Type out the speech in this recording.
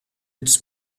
its